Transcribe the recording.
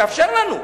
תאפשר לנו.